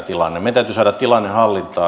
meidän täytyy saada tilanne hallintaan